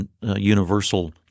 universal